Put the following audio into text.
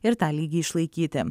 ir tą lygį išlaikyti